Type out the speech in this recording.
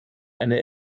eine